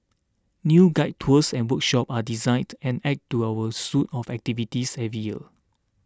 new guided tours and workshops are designed and added to our suite of activities every year